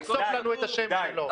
תחשוף לנו את השם שלו.